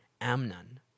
Amnon